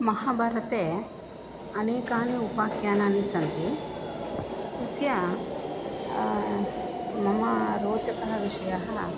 महाभारते अनेकानि उपाख्यानानि सन्ति तस्य मम रोचकः विषयः